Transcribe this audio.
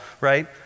right